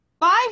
five